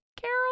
Carol